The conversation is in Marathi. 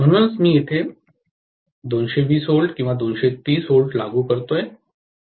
म्हणूनच मी येथे 220 V किंवा 230 V लागू करते